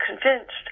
convinced